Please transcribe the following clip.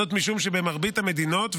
זאת משום שבמרבית המדינות,